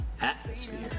atmosphere